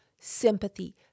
sympathy